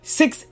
six